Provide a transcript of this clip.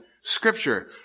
scripture